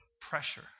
pressure